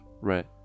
Right